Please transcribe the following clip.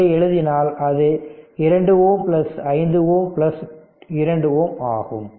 இதை எழுதினால் அது 2 Ω 5 Ω 2Ω ஆகும்